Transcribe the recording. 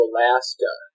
Alaska